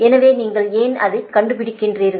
எனவே நீங்கள் ஏன் அதை கண்டுபிடிக்கிறீர்கள்